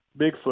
Bigfoot